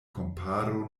komparo